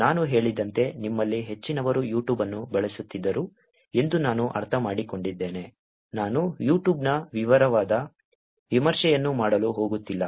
ನಾನು ಹೇಳಿದಂತೆ ನಿಮ್ಮಲ್ಲಿ ಹೆಚ್ಚಿನವರು ಯೂಟ್ಯೂಬ್ ಅನ್ನು ಬಳಸುತ್ತಿದ್ದರು ಎಂದು ನಾನು ಅರ್ಥಮಾಡಿಕೊಂಡಿದ್ದೇನೆ ನಾನು YouTube ನ ವಿವರವಾದ ವಿಮರ್ಶೆಯನ್ನು ಮಾಡಲು ಹೋಗುತ್ತಿಲ್ಲ